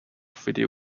video